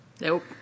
Nope